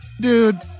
Dude